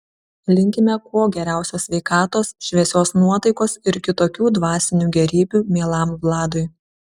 linkime kuo geriausios sveikatos šviesios nuotaikos ir kitokių dvasinių gėrybių mielam vladui